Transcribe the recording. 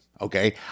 Okay